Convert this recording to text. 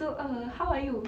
so err how are you